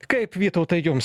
kaip vytautai jums